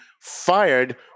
Fired